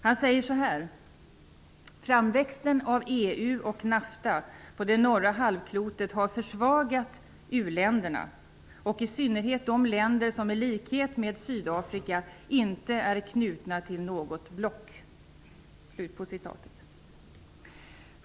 Han säger: "Framväxten av EU och NAFTA på det norra halvklotet har försvagat uländerna, och i synnerhet de länder som i likhet med Sydafrika inte är knutna till något block."